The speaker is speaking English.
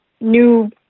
new